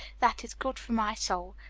that is good for my soul,